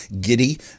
giddy